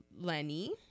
Lenny